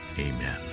Amen